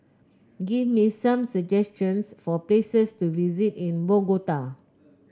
give me some suggestions for places to visit in Bogota